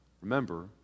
remember